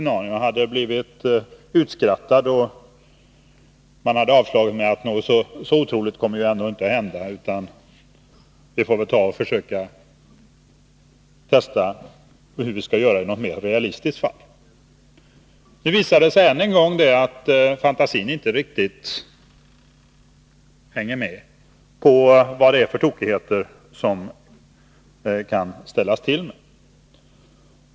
Man hade avslagit förslaget med att säga att någonting så otroligt inte kommer att hända och att man måste testa beredskapen i ett något mer realistiskt fall. Nu visade det sig än en gång att fantasin inte riktigt hänger med när det gäller de tokigheter som vissa kan ställa till med.